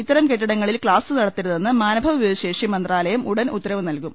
ഇത്തരം കെട്ടിടങ്ങളിൽ ക്ലാസുകൾ നടത്തരുതെന്ന് മാനവിഭവ ശേഷി മന്ത്രാലയം ഉടൻ ഉത്തരവ് നൽകും